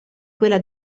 quella